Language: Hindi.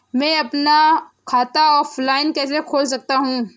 मैं अपना खाता ऑफलाइन कैसे खोल सकता हूँ?